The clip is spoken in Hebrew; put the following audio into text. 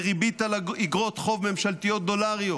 בריבית על איגרות חוב ממשלתיות דולריות.